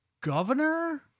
governor